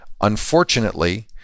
Unfortunately